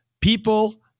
people –